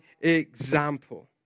example